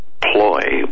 ploy